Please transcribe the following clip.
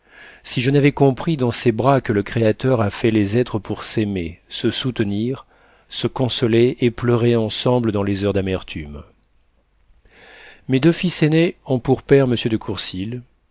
si je n'avais compris dans ses bras que le créateur a fait les êtres pour s'aimer se soutenir se consoler et pleurer ensemble dans les heures d'amertume mes deux fils aînés ont pour père m de